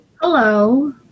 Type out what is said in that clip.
Hello